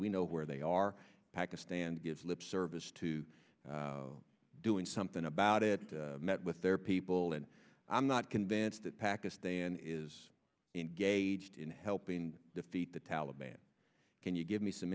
we know where they are pakistan gives lip service to doing something about it met with their people and i'm not convinced that pakistan is engaged in helping defeat the taliban can you give me some